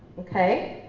okay?